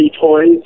toys